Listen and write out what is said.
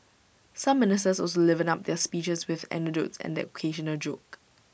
some ministers also livened up their speeches with anecdotes and the occasional joke